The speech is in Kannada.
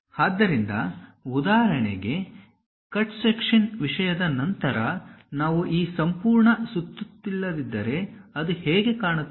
ಆದ್ದರಿಂದ ಉದಾಹರಣೆಗೆ ಕಟ್ ಸಕ್ಷನ್ ವಿಷಯದ ನಂತರ ನಾವು ಈ ಸಂಪೂರ್ಣ ಸುತ್ತುತ್ತಿಲ್ಲದಿದ್ದರೆ ಅದು ಹೇಗೆ ಕಾಣುತ್ತದೆ